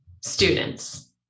students